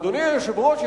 אדוני היושב-ראש,